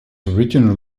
original